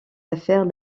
affaires